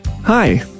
Hi